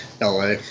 la